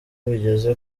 bigeze